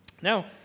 Now